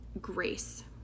grace